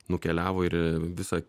nukeliavo ir į visą